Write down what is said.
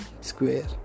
square